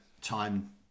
time